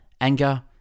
anger